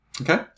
Okay